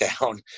down